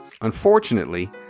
Unfortunately